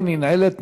לא ננעלת,